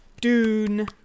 Dune